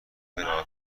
ارائه